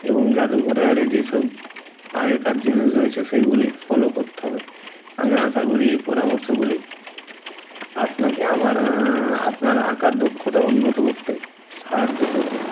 এবং জাদুঘরে আরে যেসব আগেকার জিনিস রয়েছে সেইগুলি ফলো কোত্তে হবে আমি আশা করি এই পরামর্শগুলি আপনাকে আমার আপনার আঁকার দক্ষতা উন্নত করতে সাহায্য করবে